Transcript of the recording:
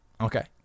Okay